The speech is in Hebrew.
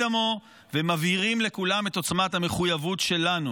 דמו ומבהירים לכולם את עוצמת המחויבות שלנו.